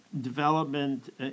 development